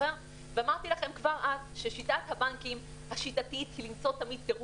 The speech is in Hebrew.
ואמרתי לכם כבר אז ששיטת הבנקים השיטתית למצוא תמיד תירוץ,